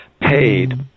paid